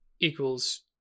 equals